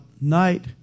night